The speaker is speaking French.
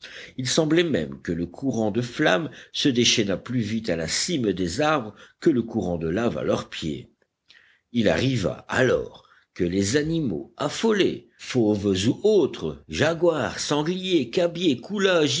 il semblait même que le courant de flamme se déchaînât plus vite à la cime des arbres que le courant de laves à leur pied il arriva alors que les animaux affolés fauves ou autres jaguars sangliers cabiais